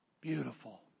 Beautiful